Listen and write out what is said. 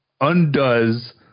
undoes